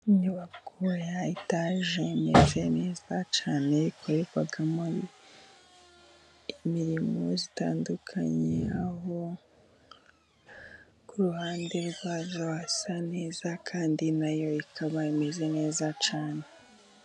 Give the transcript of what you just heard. Inyubako ya etaje， imeze neza cyane，ikorerwamo imirimo itandukanye，aho ku ruhande rwayo，hasa neza， kandi nayo ikaba imeze neza cyane.